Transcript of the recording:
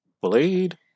Blade